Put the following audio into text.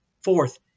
Fourth